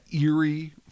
eerie